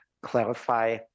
clarify